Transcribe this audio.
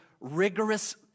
rigorous